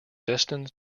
destined